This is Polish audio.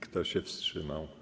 Kto się wstrzymał?